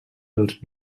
els